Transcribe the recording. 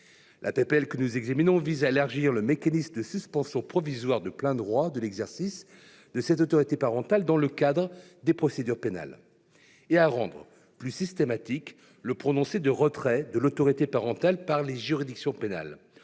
parentale. Il vise à élargir le mécanisme de suspension provisoire de plein droit de l'exercice de l'autorité parentale dans le cadre des procédures pénales, et à rendre plus systématique le prononcé du retrait de l'autorité parentale par les juridictions pénales